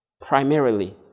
Primarily